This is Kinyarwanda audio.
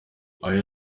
aha